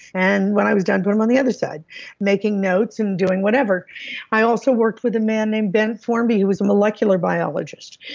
and when i was done, do them on the other side making notes and doing whatever i also worked with a man named bent formby, who was a molecular biologist,